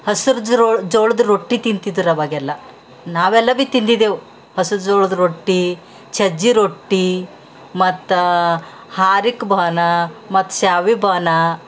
ಹಸಿರು ಜ್ರೊ ಜೋಳದ ರೊಟ್ಟಿ ತಿಂತಿದ್ರು ಆವಾಗೆಲ್ಲ ನಾವೆಲ್ಲ ಭೀ ತಿಂದಿದೇವು ಹಸಿರು ಜೋಳದ ರೊಟ್ಟಿ ಸಜ್ಜಿ ರೊಟ್ಟಿ ಮತ್ತು ಹಾರಕ ಬಾನ ಮತ್ತು ಶ್ಯಾವಿ ಬಾನ